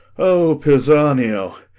o pisanio!